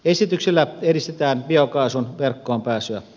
esityksellä edistetään biokaasun verkkoon pääsyä